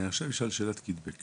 אני עכשיו אשאל שאלת קיטבג.